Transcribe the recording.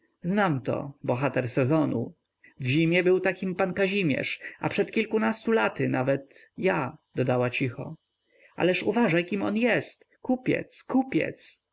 znam to bohater sezonu w zimie był takim pan kazimierz a przed kilkunastu laty nawet ja dodała cicho ależ uważaj kim on jest kupiec kupiec